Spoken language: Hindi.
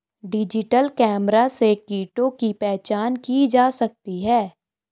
डिजिटल कैमरा से कीटों की पहचान की जा सकती है